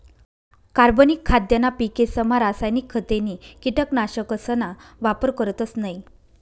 कार्बनिक खाद्यना पिकेसमा रासायनिक खते नी कीटकनाशकसना वापर करतस नयी